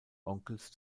onkels